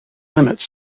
limits